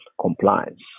compliance